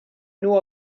know